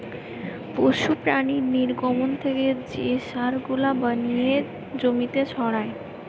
পশু প্রাণীর নির্গমন থেকে যে সার গুলা বানিয়ে জমিতে ছড়ায়